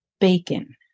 Bacon